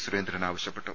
സുരേന്ദ്രൻ ആവശ്യപ്പെട്ടു